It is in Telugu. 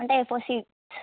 అంటే ఏ ఫోర్ షీట్స్